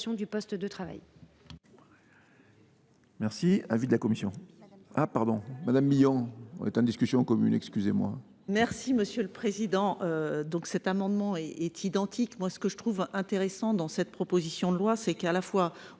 son poste de travail.